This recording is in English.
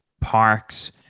parks